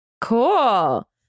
Cool